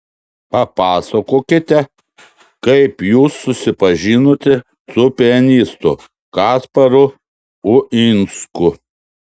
papasakokite kaip jūs susipažinote su pianistu kasparu uinsku